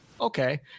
okay